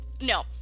no